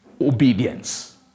obedience